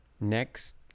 Next